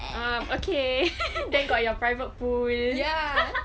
um okay then got your private pool ya